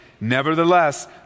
Nevertheless